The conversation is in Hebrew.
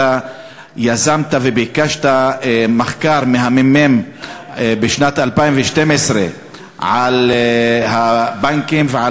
אתה יזמת וביקשת מחקר מהממ"מ בשנת 2012 על הבנקים ועל